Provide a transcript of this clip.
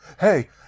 hey